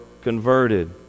converted